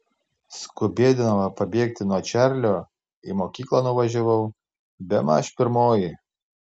skubėdama pabėgti nuo čarlio į mokyklą nuvažiavau bemaž pirmoji